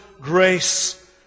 grace